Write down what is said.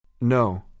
No